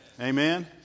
Amen